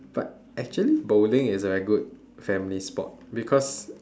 but actually bowling is a good family sport because